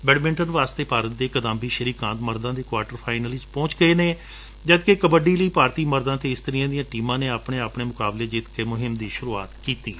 badminton ਵਾਸਤੇ ਭਾਰਤ ਦੇ ਕਿਦੰਬੀ ਸ੍ਰੀਕਾਂਤ ਮਰਦਾਂ ਦੇ ਕੁਆਟਰ ਫਾਈਨਲ ਵਿਚ ਪਹੁੰਚ ਗਏ ਨੇ ਜਦ ਕਿ ਕੱਬਡੀ ਲਈ ਭਾਰਤੀ ਮਰਦਾਂ ਅਤੇ ਇਸਤਰੀਆਂ ਦੀਆਂ ਟੀਮਾਂ ਨੇ ਵੀ ਆਪਣੇ ਆਪਣੇ ਮੁਕਾਬਲੇ ਜਿੱਤ ਕੇ ਮੁਹਿੰਮ ਦੀ ਸ਼ਰੂਆਤ ਕੀਡੀ ਏ